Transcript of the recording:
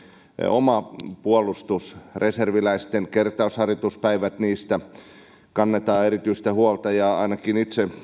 oman puolustuksen reserviläisten kertausharjoituspäivistä kannetaan erityistä huolta ja ainakin itse